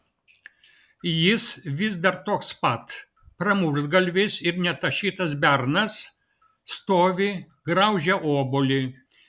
jis vis dar toks pat pramuštgalvis ir netašytas bernas stovi graužia obuolį